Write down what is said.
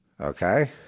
okay